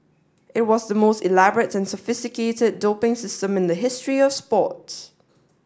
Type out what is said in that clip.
it was the most elaborate and sophisticated doping system in the history of sports